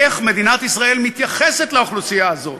איך מדינת ישראל מתייחסת לאוכלוסייה הזאת?